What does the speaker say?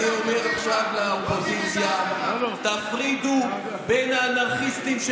אני אומר עכשיו לאופוזיציה: תפרידו בין האנרכיסטים,